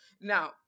now